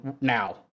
now